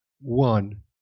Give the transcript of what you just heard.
one